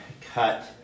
cut